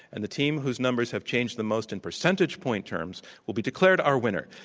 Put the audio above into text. and the team whose numbers have changed the most in percentage point terms will be declared our winner.